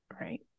right